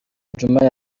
djuma